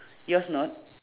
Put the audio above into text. your's not